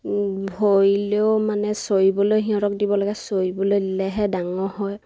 ভৰিলেও মানে চৰিবলৈ সিহঁতক দিব লাগে চৰিবলৈ দিলেহে ডাঙৰ হয়